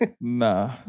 Nah